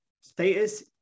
status